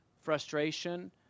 frustration